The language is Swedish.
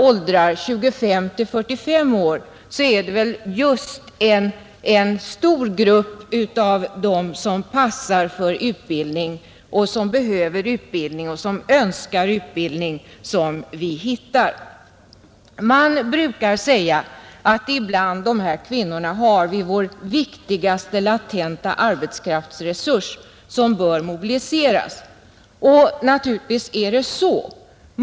Åldrarna 25—45 år passar för utbildning och bland dem en stor grupp som behöver utbildning och som önskar utbildning. Man brukar säga att vi ibland dessa kvinnor har vår viktigaste latenta arbetskraftsreserv, som bör mobiliseras, och naturligtvis är det så.